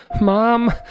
Mom